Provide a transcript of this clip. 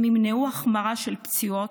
הם ימנעו החמרה של פציעות,